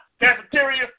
Cafeteria